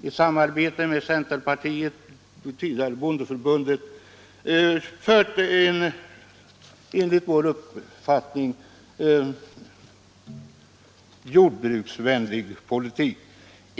eller i samarbete med centerpartiet och tidigare bondeförbundet, fört en enligt vår uppfattning jordbruksvänlig politik.